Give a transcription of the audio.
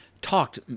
talked